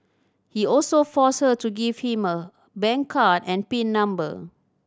he also forced her to give him her bank card and pin number